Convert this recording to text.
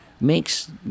makes